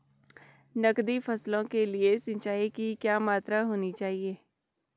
नकदी फसलों के लिए सिंचाई की क्या मात्रा होनी चाहिए?